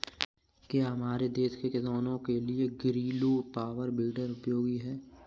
क्या हमारे देश के किसानों के लिए ग्रीलो पावर वीडर उपयोगी है?